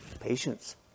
patience